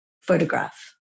photograph